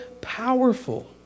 powerful